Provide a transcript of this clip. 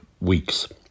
weeks